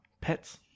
Pets